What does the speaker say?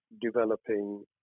developing